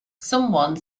someone